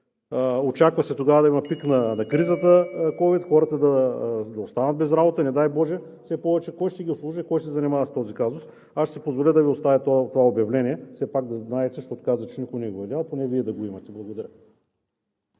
Очаква се тогава да има пик на кризата с COVID-19 и хората да останат без работа, не дай си боже, а кой ще ги обслужва и кой ще се занимава с този казус? Аз ще си позволя да Ви оставя това обявление, все пак да знаете, защото казахте, че никой не Ви го е дал, но поне Вие да го имате. Благодаря.